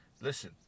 listen